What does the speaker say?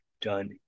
done